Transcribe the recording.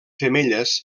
femelles